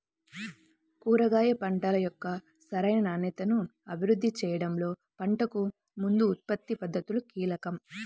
కూరగాయ పంటల యొక్క సరైన నాణ్యతను అభివృద్ధి చేయడంలో పంటకు ముందు ఉత్పత్తి పద్ధతులు కీలకం